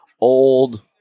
old